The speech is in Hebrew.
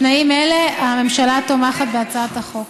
בתנאים אלה, הממשלה תומכת בהצעת החוק.